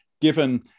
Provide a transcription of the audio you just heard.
given